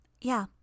Yeah